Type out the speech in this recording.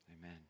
amen